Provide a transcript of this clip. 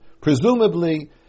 Presumably